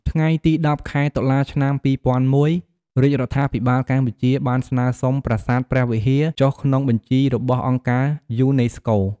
ថ្ងៃទី១០ ខែតុលា ឆ្នាំ២០០១ រាជរដ្ឋាភិបាលកម្ពុជាបានស្នើសុំប្រាសាទព្រះវិហារចុះក្នុងបញ្ជីរបស់អង្គការយូនីស្កូ។